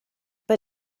but